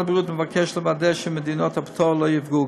משרד הבריאות מבקש לוודא שמדינות הפטור לא ייפגעו.